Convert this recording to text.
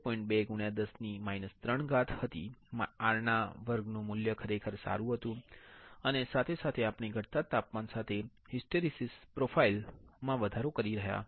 2 ગુણ્ય 10 ની 3 ઘાત હતી R ના વર્ગનુ મૂલ્ય ખરેખર સારું હતું અને સાથે સાથે આપણે ઘટતા તાપમાન સાથે હિસ્ટેરીસીસ પ્રોફાઇલ માં વધારો કરી રહ્યો હતા